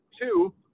two